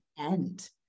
end